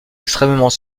extrêmement